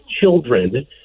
children